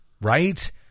right